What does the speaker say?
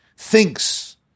thinks